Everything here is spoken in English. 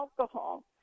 alcohol